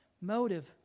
motive